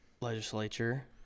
legislature